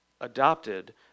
adopted